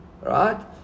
right